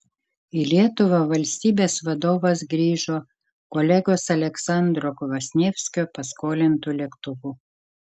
į lietuvą valstybės vadovas grįžo kolegos aleksandro kvasnievskio paskolintu lėktuvu